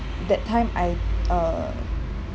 that time I err